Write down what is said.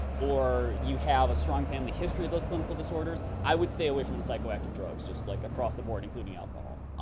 or you have a strong family history of those clinical disorders, i would stay away from the psychoactive drugs like across the board, including alcohol.